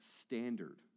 standard